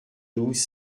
douze